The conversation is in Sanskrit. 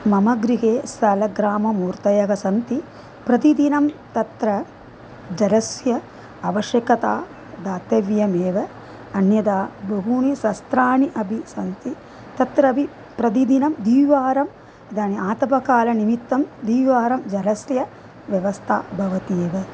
मम गृहे सालग्रामं मूर्तयः सन्ति प्रतिदिनं तत्र जलस्य आवश्यकता दातव्यमेव अन्यथा बहूनि सस्त्राणि अपि सन्ति तत्रापि प्रतिदिनं द्विवारम् इदानीम् आतपकालनिमित्तं द्विवारं जलस्य व्यवस्था भवति एव